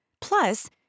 Plus